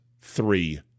three